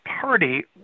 party